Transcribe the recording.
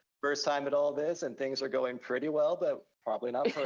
first time at all this, and things are going pretty well, but probably not yeah